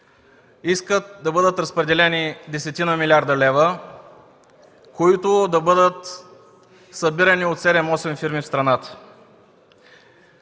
искат да бъдат разпределени десетина милиарда лева, които да бъдат събирани от 7-8 фирми в страната.